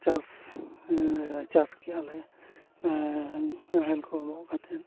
ᱪᱟᱥ ᱪᱟᱥ ᱠᱮᱜᱼᱟ ᱞᱮ ᱨᱟᱱ ᱨᱟᱱ ᱠᱚ ᱜᱚᱜ ᱠᱟᱛᱮᱫ